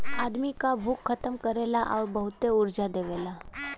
आदमी क भूख खतम करेला आउर बहुते ऊर्जा देवेला